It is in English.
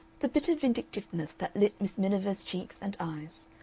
the bitter vindictiveness that lit miss miniver's cheeks and eyes,